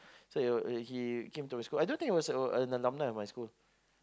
so he came into my school I don't think he was an alumni